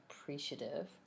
appreciative